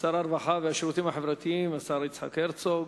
הרווחה והשירותים החברתיים, השר יצחק הרצוג.